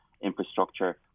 infrastructure